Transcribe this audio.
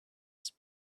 was